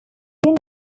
new